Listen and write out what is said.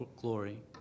glory